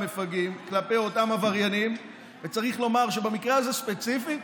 מפגעים עבריינים וצריך לומר שבמקרה הזה ספציפית